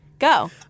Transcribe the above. Go